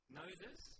noses